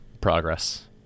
progress